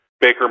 Baker